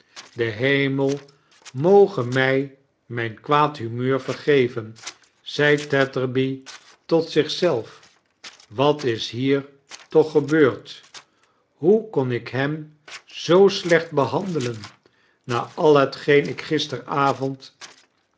de hemel moge mij mijn kwaad humeur vergeven zei tetterby tot zichzelf wat is hier toch gebeurd hoe kon ik hem zoo slecht behandelen na al hetgeen ik